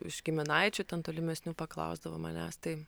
iš giminaičių ten tolimesni paklausdavo manęs tai